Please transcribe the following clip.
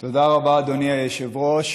תודה רבה, אדוני היושב-ראש.